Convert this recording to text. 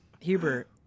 Hubert